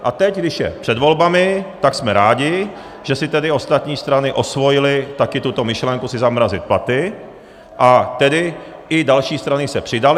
A teď, když je před volbami, tak jsme rádi, že si tedy ostatní strany osvojily taky tuto myšlenku si zamrazit platy, a tedy i další strany se přidaly.